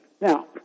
Now